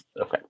Okay